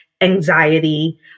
anxiety